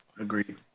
Agreed